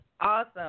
awesome